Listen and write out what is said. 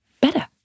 better